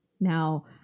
now